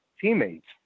teammates